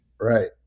Right